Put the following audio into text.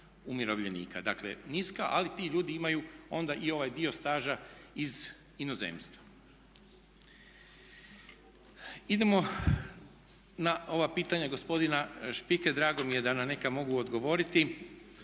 umirovljenika. Dakle niska, ali ti ljudi imaju onda i ovaj dio staža iz inozemstva. Idemo na ova pitanja gospodina Špike, drago mi je da na neka mogu odgovoriti.